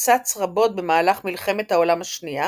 הופצץ רבות במהלך מלחמת העולם השנייה